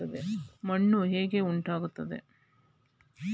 ಮಣ್ಣು ಹೇಗೆ ಉಂಟಾಗುತ್ತದೆ?